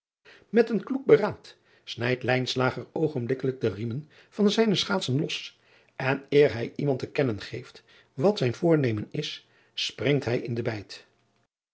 et een kloek beraad snijdt oogenblikkelijk de riemen van zijne schaatsen los en eer hij iemand te kennen geeft wat zijn voornemen is springt hij in de bijt